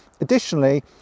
Additionally